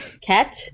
cat